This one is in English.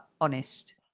honest